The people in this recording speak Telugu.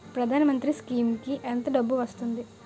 ప్రధాన మంత్రి స్కీమ్స్ కీ ఎంత డబ్బు వస్తుంది?